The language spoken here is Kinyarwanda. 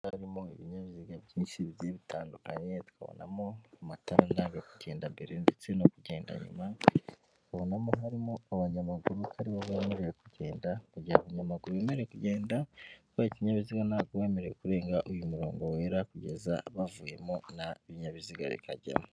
Harimo ibinyabiziga byinshi bigiye bitandukanye, tukabonamo amatanda ndanga kugenda mbere, ndetse no kugenda nyuma. Tukabona harimo abanyamaguru aribo bemerewe kugenda. Mugihe abanyamaguru bemerewe kugenda, utwaye ikinyabiziga ntabwo uba wemerewe kurenga uyu murongo wera, kugeza bavuyemo n'ibinyabiziga bikajyamo.